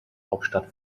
hauptstadt